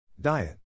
Diet